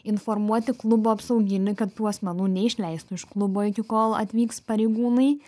informuoti klubo apsauginį kad tų asmenų neišleistų iš klubo iki kol atvyks pareigūnai